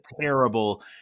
terrible